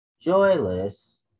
joyless